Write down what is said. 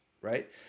right